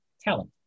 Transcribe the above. talent